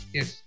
Yes